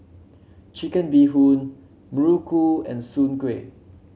Chicken Bee Hoon muruku and Soon Kuih